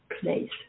place